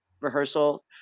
rehearsal